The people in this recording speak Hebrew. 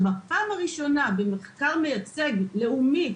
ובפעם הראשונה במחקר מייצג לאומי,